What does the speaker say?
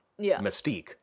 Mystique